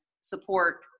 support